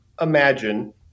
imagine